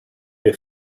your